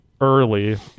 Early